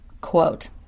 quote